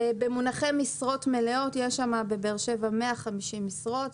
במונחי משרות מלאות יש בבאר שבע 150 משרות.